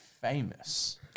famous